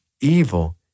evil